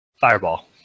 Fireball